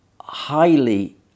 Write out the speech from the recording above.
highly